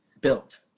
built